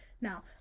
Now